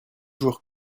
jours